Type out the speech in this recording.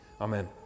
Amen